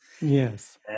Yes